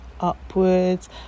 upwards